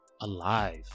alive